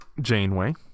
Janeway